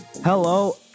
Hello